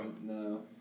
No